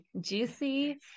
Juicy